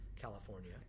California